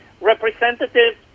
representatives